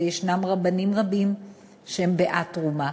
ויש רבנים רבים שהם בעד תרומה.